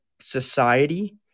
society